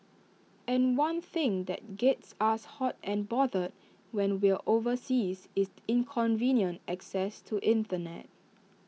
and one thing that gets us hot and bothered when we're overseas is inconvenient access to Internet